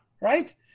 right